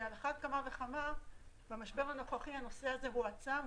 ועל אחת כמה וכמה במשבר הנוכחי הנושא הזה הועצם,